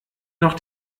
noch